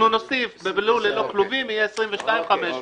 אנחנו נוסיף: בלול ללא כלובים יהיה 22,500. אוקיי.